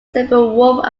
steppenwolf